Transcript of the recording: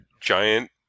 giant